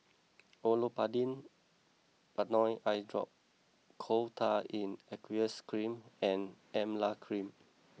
Olopatadine Patanol Eyedrop Coal Tar in Aqueous Cream and Emla Cream